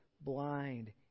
blind